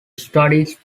studied